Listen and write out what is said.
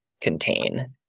contain